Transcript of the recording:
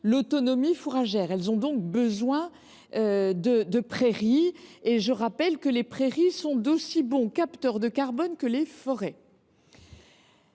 l’autonomie fourragère et ont donc besoin de prairies, lesquelles, je le rappelle, sont d’aussi bons capteurs de carbone que les forêts.